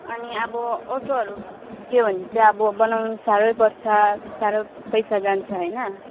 अनि अब अटोहरू त्यो भत्कियो भने चाहिँ अब बनाउनु साह्रै पर्छ साह्रो पैसा जान्छ होइन